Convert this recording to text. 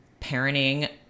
parenting